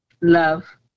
Love